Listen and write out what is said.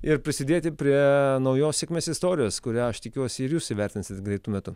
ir prisidėti prie naujos sėkmės istorijos kurią aš tikiuosi ir jūs įvertinsite greitu metu